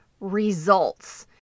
results